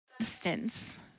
substance